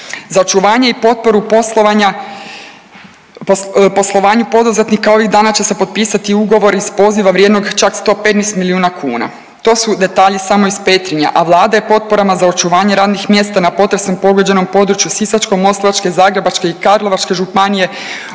Za očuvanje i potporu poslovanja, poslovanja poduzetnika ovih dana će se potpisati ugovor iz poziva vrijednog čak 115 milijuna kuna. To su detalji samo iz Petrinje, a Vlada je potporama za očuvanje radnih mjesta na potresom pogođenom području Sisačko-moslavačke, Zagrebačke i Karlovačke županije